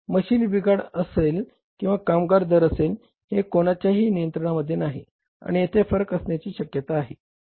machine बिघाड असेल किंवा कामगार दर असेल हे कोणाच्याही नियंत्रणामध्ये नाही आणि यथे फरक असण्याची शक्यता आहे